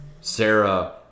Sarah